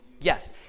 Yes